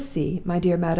you will see, my dear madam,